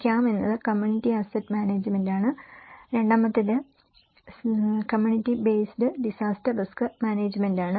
CAM എന്നത് community asset മാനേജ്മെന്റാണ് രണ്ടാമത്തേത് CBD community based disaster risk മാനേജ്മെന്റാണ്